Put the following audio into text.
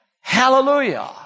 hallelujah